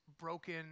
broken